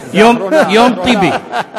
יום טיבי.